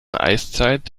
eiszeit